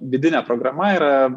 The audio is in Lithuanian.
vidinė programa yra